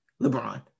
LeBron